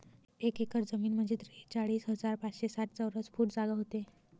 एक एकर जमीन म्हंजे त्रेचाळीस हजार पाचशे साठ चौरस फूट जागा व्हते